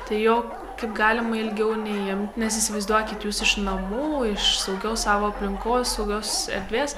tai jau kaip galima ilgiau neimt nes įsivaizduokit jūs iš namų iš saugios savo aplinkos saugios erdvės